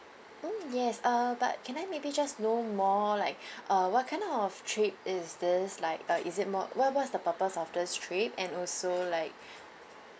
mm yes uh but can I maybe just know more like uh what kind of trip is this like uh is it more what what's the purpose of this trip and also like